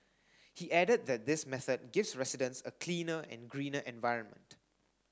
he added that this method gives residents a cleaner and greener environment